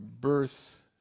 birth